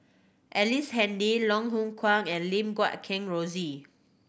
Ellice Handy Loh Hoong Kwan and Lim Guat Kheng Rosie